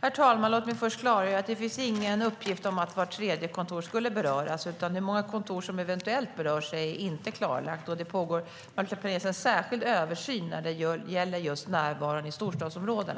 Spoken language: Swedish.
Herr talman! Låt mig först klargöra: Det finns ingen uppgift om att vart tredje kontor skulle beröras. Hur många kontor som eventuellt berörs är inte klarlagt, och det planeras en särskild översyn när det gäller närvaron i storstadsområden.